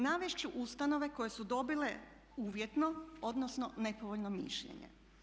Navest ću ustanove koje su dobile uvjetno odnosno nepovoljno mišljenje.